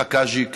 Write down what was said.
שמחה קאז'יק,